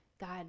God